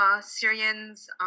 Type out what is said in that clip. Syrians